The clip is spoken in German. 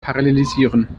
parallelisieren